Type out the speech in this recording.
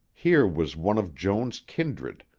here was one of joan's kindred,